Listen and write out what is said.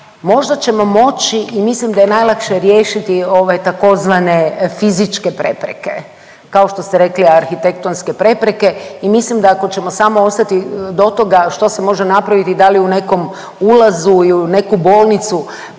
možda ćemo moći i mislim da je najlakše riješiti ove tzv. fizičke prepreke, kao što ste rekli arhitektonske prepreke i mislim da ako ćemo samo ostati do toga što se može napraviti da li u nekom ulazu i u neku bolnicu,